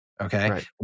okay